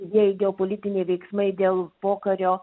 didieji geopolitiniai veiksmai dėl pokario